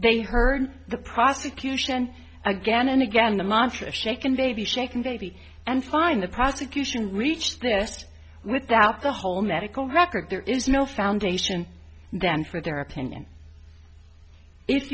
they heard the prosecution again and again the mantra shaken baby shaken baby and find the prosecution reach this without the whole medical record there is no foundation than for their opinion if